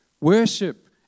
Worship